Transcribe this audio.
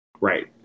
right